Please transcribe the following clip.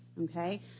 Okay